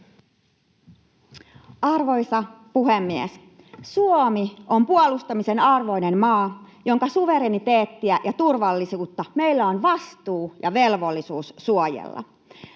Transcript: Arvoisa puhemies! Suomi on puolustamisen arvoinen maa, jonka suvereniteettia ja turvallisuutta meillä on vastuu ja velvollisuus suojella.